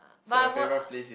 but I would